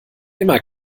immer